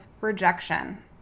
rejection